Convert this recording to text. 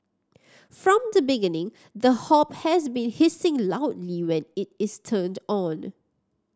from the beginning the hob has been hissing loudly when it is turned on